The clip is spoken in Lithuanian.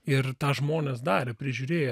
ir tą žmonės dar prižiūrėjo